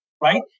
right